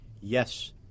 Yes